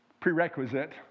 prerequisite